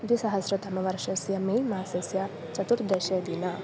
द्विसहस्रतमवर्षस्य मे मासस्य चतुर्दशदिनाङ्कः